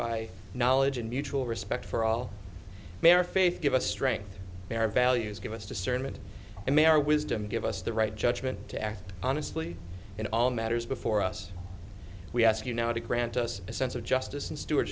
by knowledge and mutual respect for all their faith give us strength their values give us discernment and they are wisdom give us the right judgment to act honestly in all matters before us we ask you now to grant us a sense of justice and stewards